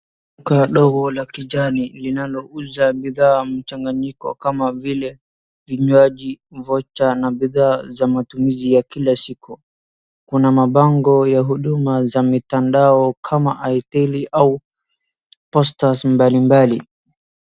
Duka dogo la kijani linalouza bidhaa mchanganyiko kama vile vinywaji, vocha na bidhaa za matumizi ya kila siku. Kuna mabango ya huduma za mitandao kama Itel au posters mbalimbali,